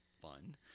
fun